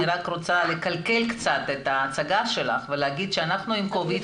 אני רק רוצה לקלקל קצת את ההצגה שלך ולהגיד שאנחנו עם covid,